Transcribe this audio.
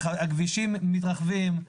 הכבישים מתרחבים,